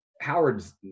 Howard's